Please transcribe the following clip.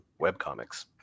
webcomics